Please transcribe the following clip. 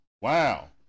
Wow